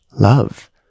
love